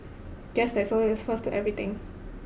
guess there is a first in everything